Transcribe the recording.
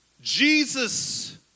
Jesus